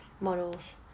models